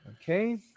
okay